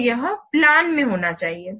तो यह प्लान में होना चाहिए